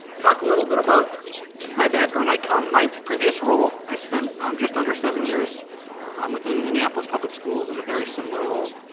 talk a little bit about my background. i come, my previous role, i spent um just under seven years um within minneapolis public schools in a very similar role.